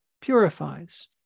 purifies